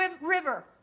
river